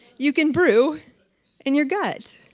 you can brew in your gut?